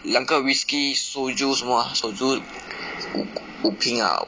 有两个 whiskey soju 什么 ah soju 五五瓶 ah